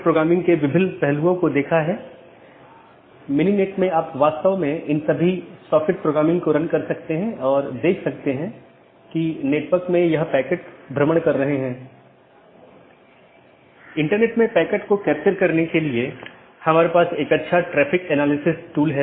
इसका मतलब है कि यह एक प्रशासनिक नियंत्रण में है जैसे आईआईटी खड़गपुर का ऑटॉनमस सिस्टम एक एकल प्रबंधन द्वारा प्रशासित किया जाता है यह एक ऑटॉनमस सिस्टम हो सकती है जिसे आईआईटी खड़गपुर सेल द्वारा प्रबंधित किया जाता है